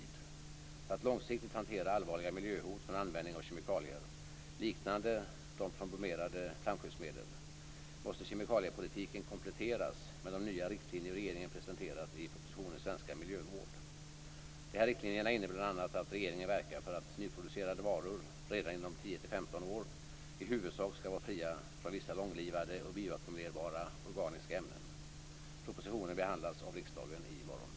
För att långsiktigt hantera allvarliga miljöhot från användning av kemikalier, liknande de från bromerade flamskyddsmedel, måste kemikaliepolitiken kompletteras med de nya riktlinjer regeringen presenterat i propositionen Svenska miljömål. Dessa riktlinjer innebär bl.a. att regeringen verkar för att nyproducerade varor, redan inom 10-15 år, i huvudsak skall vara fria från vissa långlivade och bioackumulerbara organiska ämnen. Propositionen behandlas av riksdagen i morgon.